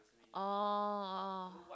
oh